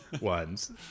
ones